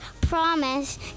promise